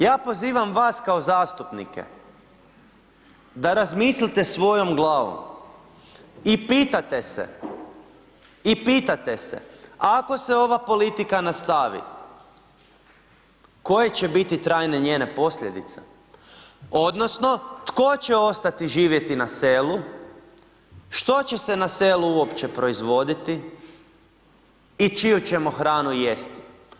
Ja pozivam vas kao zastupnike da razmislite svojom glavom i pitate se, i pitate se ako se ova politika nastavi, koje će biti trajne njene posljedice, odnosno tko će ostati živjeti na selu, što će se na selu uopće proizvoditi i čiju ćemo hranu jesti.